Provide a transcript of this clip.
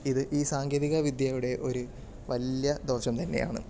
ഇത് ഈ സാങ്കേതികവിദ്യയുടെ ഒരു വലിയ ദോഷം തന്നെയാണ്